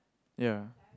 ya